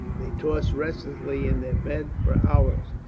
they tossed restlessly in their beds for hours,